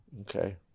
Okay